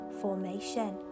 formation